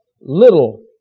Little